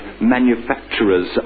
manufacturer's